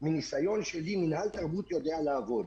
מניסיון שלי, מינהל תרבות יודע לעבוד.